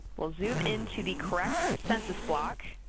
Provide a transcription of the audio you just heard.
we'll zoom into the correct census block,